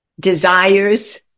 Desires